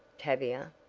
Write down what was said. tavia?